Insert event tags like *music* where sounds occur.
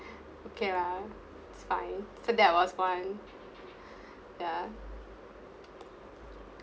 okay lah it's fine so that was one *breath* ya